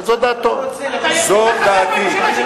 זו דעתי.